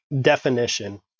definition